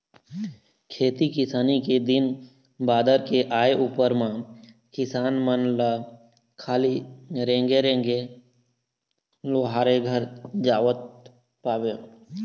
खेती किसानी के दिन बादर के आय उपर म किसान मन ल खाली रेंगे रेंगे लोहारे घर जावत पाबे